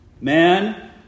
man